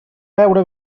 beure